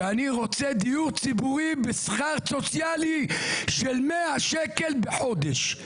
שאני רוצה דיור ציבורי בשכר סוציאלי של 100 שקל בחודש,